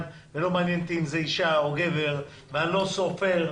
ולא מעניין אותי אם זה אישה או גבר ואני לא סופר.